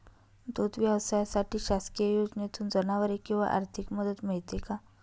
दूध व्यवसायासाठी शासकीय योजनेतून जनावरे किंवा आर्थिक मदत मिळते का?